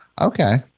Okay